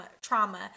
trauma